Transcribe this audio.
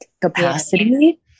capacity